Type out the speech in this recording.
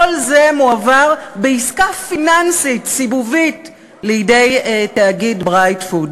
כל זה מועבר בעסקה פיננסית סיבובית לידי תאגיד "ברייטפוד"